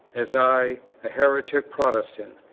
as i, a heretic protestant,